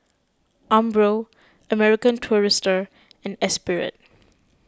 Umbro American Tourister and Esprit